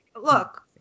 Look